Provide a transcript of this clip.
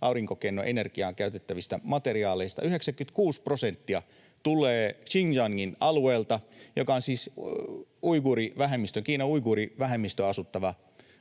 aurinkokennoenergiaan käytettävistä materiaaleista 96 prosenttia tulee Xinjiangin alueelta, joka on siis Kiinan uiguurivähemmistön asuttama